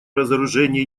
разоружения